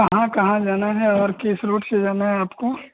कहाँ कहाँ जाना है और किस रूट से जाना है आपको